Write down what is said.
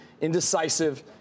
indecisive